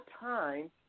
time